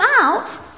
out